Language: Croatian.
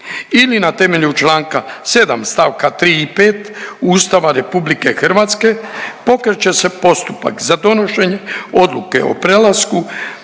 ili na temelju čl. 7. st. 3. i 5. Ustava RH pokreće se postupak za donošenje odluke o prelasku